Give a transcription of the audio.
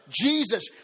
Jesus